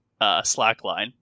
slackline